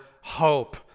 hope